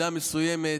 ובמידה מסוימת,